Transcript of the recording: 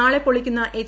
നാളെ പൊളിക്കുന്ന എച്ച്